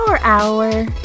Hour